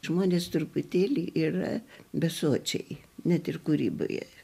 žmonės truputėlį yra besočiai net ir kūryboje